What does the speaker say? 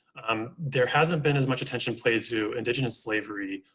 um there hasn't been as much attention paid to indigenous slavery,